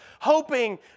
hoping